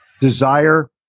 desire